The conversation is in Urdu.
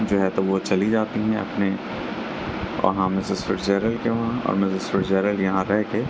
جو ہے تو وہ چلی جاتی ہیں اپنے وہاں مسز فیڈچیرل کے وہاں اور مسز فیڈچیرل یہاں رہ کے